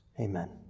Amen